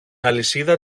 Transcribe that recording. αλυσίδα